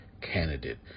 candidate